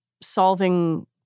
solving